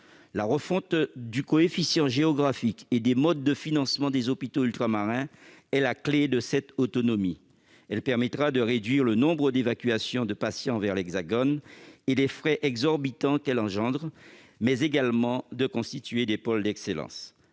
La refonte du coefficient géographique et des modes de financement des hôpitaux ultramarins est la clef de cette autonomie ; elle permettra de réduire le nombre d'évacuations de patients vers l'Hexagone et les frais exorbitants que celles-ci emportent, mais également de constituer des pôles d'excellence.